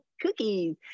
cookies